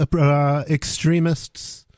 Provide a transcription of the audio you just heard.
extremists